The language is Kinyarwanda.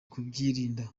kubyirinda